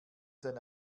sein